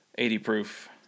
80-proof